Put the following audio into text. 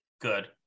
Good